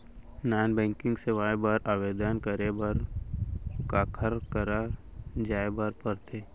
non banking सेवाएं बर आवेदन करे बर काखर करा जाए बर परथे